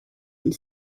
and